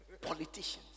Politicians